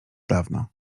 dawno